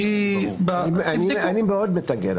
שהיא -- אני מאוד אתנגד,